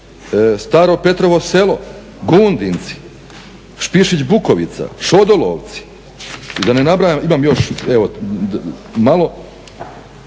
Staro Petrovo Selo, Gundinci, Špišić Bukovica, Šodolovci i da ne nabrajam imam još evo